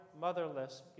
motherless